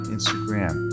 Instagram